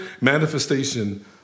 manifestation